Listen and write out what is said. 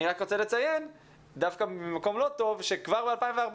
אני רק רוצה לציין דווקא ממקום לא טוב שכבר ב-2014